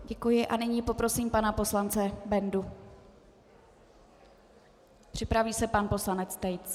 Děkuji a nyní poprosím pana poslance Bendu, připraví se pan poslanec Tejc.